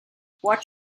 watch